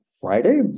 Friday